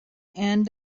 end